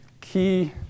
key